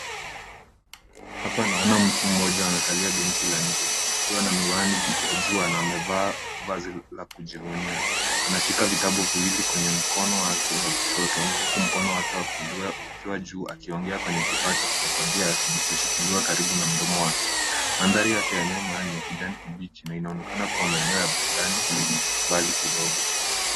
Hapa naona mtu mmoja amekalia benchi la nje akiwa na miwani ya jua na amevaa vazi la kujivunia. Anashika vitabu viwili kwenye mkono wake wa kushoto huku mkono wake wa kulia ukiwa juu akiongea kwenye kifaa cha kurekodia kilichoshikiliwa karibu na mdomo wake. Mandhari yake ya nyuma ni ya kijani kibichi na inaonekana kuwa maeneo ya burudani mbali kidogo.